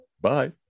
Bye